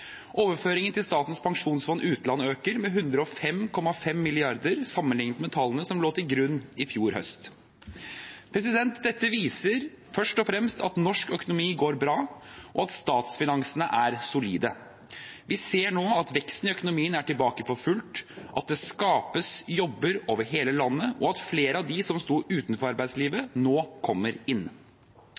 til Statens pensjonsfond utland øker med 105,5 mrd. kr sammenlignet med tallene som lå til grunn i fjor høst. Dette viser først og fremst at norsk økonomi går bra, og at statsfinansene er solide. Vi ser nå at veksten i økonomien er tilbake for fullt, at det skapes jobber over hele landet, og at flere av dem som sto utenfor arbeidslivet, nå kommer inn.